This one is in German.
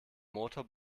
motor